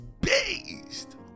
based